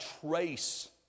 trace